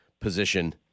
position